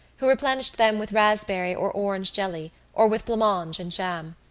who replenished them with raspberry or orange jelly or with blancmange and jam.